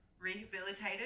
rehabilitated